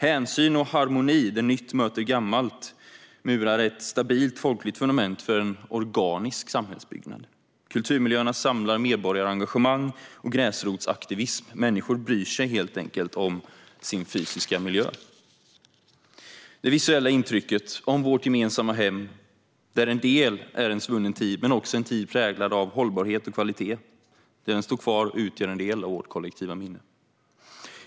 Hänsyn och harmoni där nytt möter gammalt murar ett stabilt folkligt fundament för en organisk samhällsbyggnad. Kulturmiljöerna samlar medborgarengagemang och gräsrotsaktivism. Människor bryr sig helt enkelt om sin fysiska miljö, det visuella intrycket, och om vårt gemensamma hem, där en del är en svunnen tid men också en tid präglad av hållbarhet och kvalitet. Detta står kvar och utgör en del av vårt kollektiva minne.